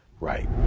right